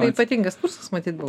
tai ypatingas kursas matyt buvo